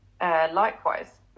Likewise